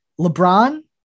LeBron